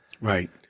Right